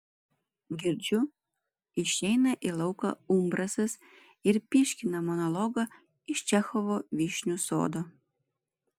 girdžiu išeina į lauką umbrasas ir pyškina monologą iš čechovo vyšnių sodo